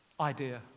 idea